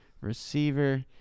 receiver